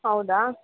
ಹೌದಾ